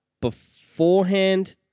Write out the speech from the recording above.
beforehand